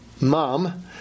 Mom